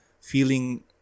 feeling